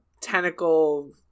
tentacle